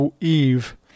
Eve